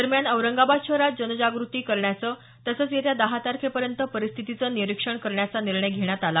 दरम्यान औरंगाबाद शहरात जनजागृती करण्याचं तसंच येत्या दहा तारखेपर्यंत परिस्थितीचं निरीक्षण करण्याचा निर्णय घेण्यात आला